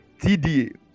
tda